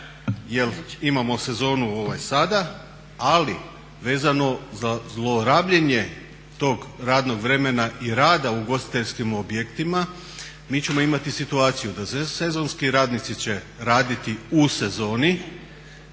imamo sezonu sada ali vezano za zlorabljenje tog radnog vremena i rada u ugostiteljskim objektima mi ćemo imati situaciju da sezonski radnici će raditi u sezoni